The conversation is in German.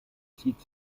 zieht